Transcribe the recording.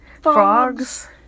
frogs